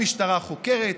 המשטרה חוקרת,